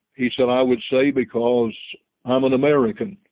he said, i would say, because i'm an american.